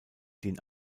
den